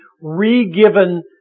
re-given